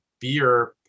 beer